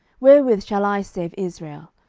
wherewith shall i save israel?